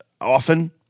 often